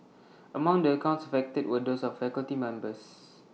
among the accounts affected were those of faculty members